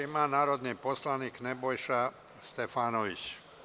Reč ima narodni poslanik Nebojša Stefanović.